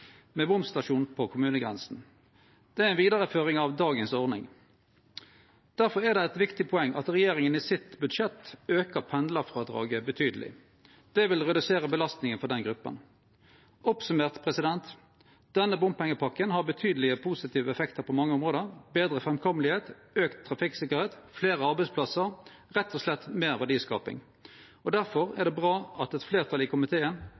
med bomstasjon på kommunegrensa. Det er ei vidareføring av dagens ordning. Difor er det eit viktig poeng at regjeringa i budsjettet sitt aukar pendlarfrådraget betydeleg. Det vil redusere belastninga for den gruppa. Summert opp: Denne bompengepakken har betydelege positive effektar på mange område: betre framkome, auka trafikksikkerheit, fleire arbeidsplassar – rett og slett meir verdiskaping. Difor er det bra at eit fleirtal i komiteen